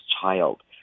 child